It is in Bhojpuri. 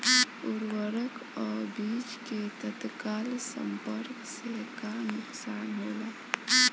उर्वरक अ बीज के तत्काल संपर्क से का नुकसान होला?